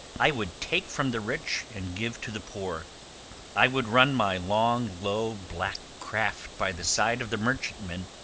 i would take from the rich and give to the poor i would run my long, low, black craft by the side of the merchantman,